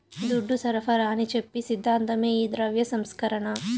దుడ్డు సరఫరాని చెప్పి సిద్ధాంతమే ఈ ద్రవ్య సంస్కరణ